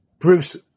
Bruce